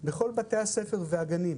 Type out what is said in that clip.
בכל בתי הספר והגנים.